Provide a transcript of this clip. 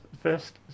first